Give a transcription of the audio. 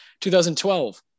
2012